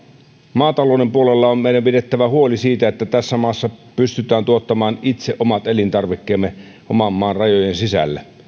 maatalouden puolella meidän on pidettävä huoli siitä että tässä maassa pystytään tuottamaan itse omat elintarvikkeemme oman maan rajojen sisällä